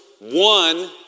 one